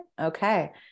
Okay